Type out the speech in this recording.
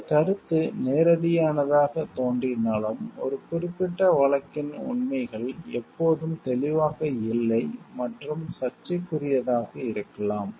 இந்த கருத்து நேரடியானதாகத் தோன்றினாலும் ஒரு குறிப்பிட்ட வழக்கின் உண்மைகள் எப்போதும் தெளிவாக இல்லை மற்றும் சர்ச்சைக்குரியதாக இருக்கலாம்